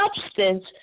substance